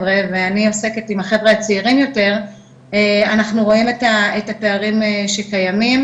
ואני עוסקת עם החברה הצעירים יותר אנחנו רואים את הפערים שקיימים,